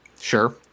Sure